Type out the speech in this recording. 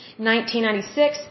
1996